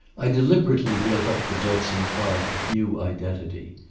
i deliberately built up for judson clark a new identity.